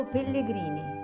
Pellegrini